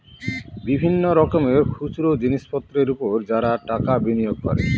বিভিন্ন রকমের খুচরো জিনিসপত্রের উপর যারা টাকা বিনিয়োগ করে